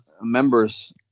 members